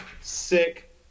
sick